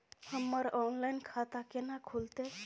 हमर ऑनलाइन खाता केना खुलते?